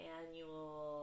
annual